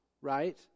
right